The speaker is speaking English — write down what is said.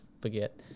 forget